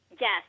Yes